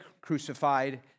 crucified